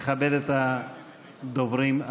נכבד את הדוברים הבאים.